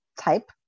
type